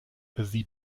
sie